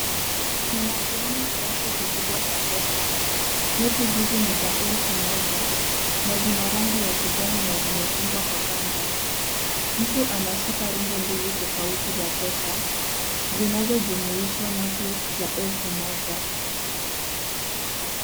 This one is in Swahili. Ninakiona kiasi kikubwa cha pesa. Noti hizi ni za elfu moja na zina rangi ya kijani na zimefungwa kwa kamba. Mtu anashika rundo mbili tofauti za pesa zinazojumuishwa na noti za elfu moja.